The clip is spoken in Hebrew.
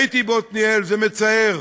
הייתי בעתניאל, זה מצער,